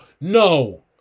no